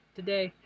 today